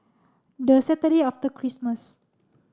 the Saturday after Christmas